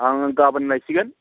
आं गाबोन लायसिगोन